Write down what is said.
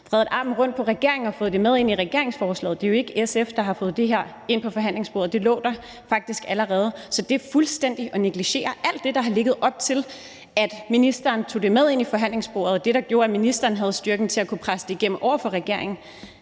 vredet armen om på regeringen og fået det med ind i regeringsforslaget. Det er jo ikke SF, der har fået det her ind på forhandlingsbordet; det lå der faktisk allerede. Så det fuldstændig at negligere alt det, der har ligget op til, at ministeren tog det med ind til forhandlingsbordet, og det, der gjorde, at ministeren havde styrken til at kunne presse det igennem over for regeringen,